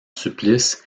supplice